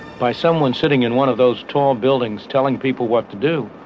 by someone sitting in one of those tall buildings, telling people what to do.